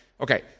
Okay